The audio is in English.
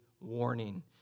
warning